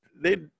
They-